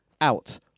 out